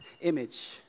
image